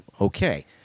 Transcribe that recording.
Okay